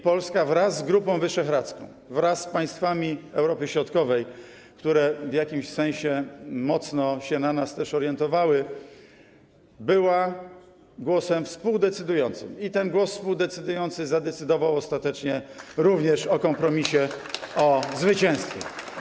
Polska wraz z Grupą Wyszehradzką, wraz z państwami Europy Środkowej, które w jakimś sensie mocno się na nas orientowały, była głosem współdecydującym, i ten głos współdecydujący zadecydował ostatecznie również o kompromisie, o zwycięstwie.